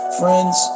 friends